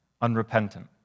unrepentant